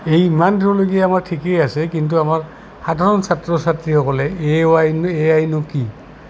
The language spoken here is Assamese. এই ইমানলৈকে আমাৰ ঠিকেই আছে কিন্তু আমাৰ সাধাৰণ ছাত্ৰ ছাত্ৰীসকলে এৱাই এ আইনো কি